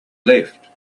left